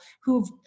who've